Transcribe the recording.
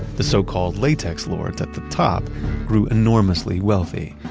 the so called latex lords at the top grew enormously wealthy,